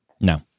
No